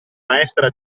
maestra